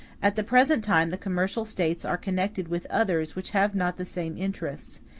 at the present time the commercial states are connected with others which have not the same interests,